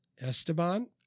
Esteban